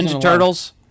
Turtles